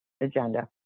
agenda